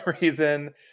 reason –